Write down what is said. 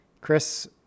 Chris